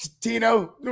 Tino